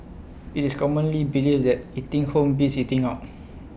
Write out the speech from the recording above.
IT is commonly believed that eating home beats eating out